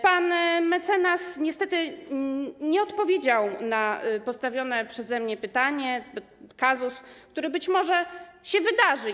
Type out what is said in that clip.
Pan mecenas niestety nie odpowiedział na postawione przeze mnie pytanie, o kazus, który być może się wydarzy.